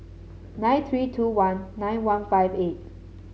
nine three two one nine one five eight